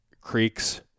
creeks